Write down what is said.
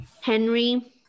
Henry